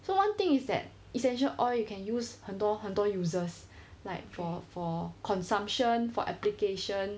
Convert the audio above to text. so one thing is that essential oil you can use 很多很多 uses like for for consumption for application